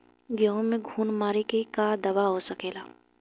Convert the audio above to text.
गेहूँ में घुन मारे के का दवा हो सकेला?